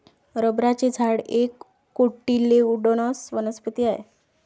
रबराचे झाड एक कोटिलेडोनस वनस्पती आहे